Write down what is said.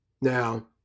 Now